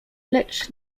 lecz